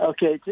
Okay